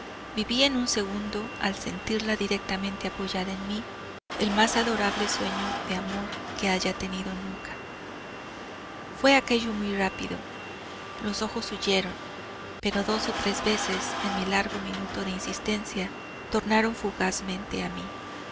viví en un segundo al sentirla directamente apoyada en mí el más adorable sueño de amor que haya tenido nunca fué aquello muy rápido los ojos huyeron pero dos o tres veces en mi largo minuto de insistencia tornaron fugazmente a mí